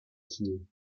ziel